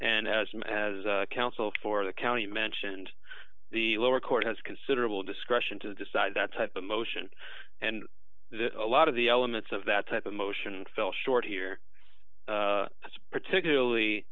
and as i'm as counsel for the county mentioned the lower court has considerable discretion to decide that type of motion and that a lot of the elements of that type of motion fell short here is particularly